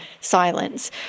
silence